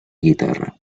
guitarra